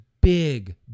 big